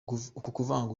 kuvanga